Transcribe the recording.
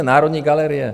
Národní galerie!